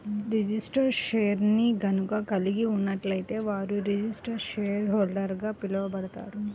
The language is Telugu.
రిజిస్టర్డ్ షేర్ని గనక కలిగి ఉన్నట్లయితే వారు రిజిస్టర్డ్ షేర్హోల్డర్గా పిలవబడతారు